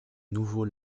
nouveau